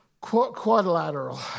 quadrilateral